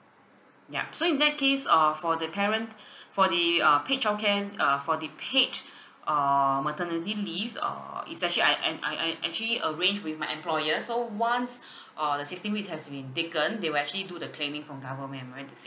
ya so in that case uh for the parent for the uh paid childcare uh for the paid uh maternity leave err it's actually I and I and I actually arrange with my employer so once uh the sixteen weeks have been taken they will actually do the claiming from government am I right to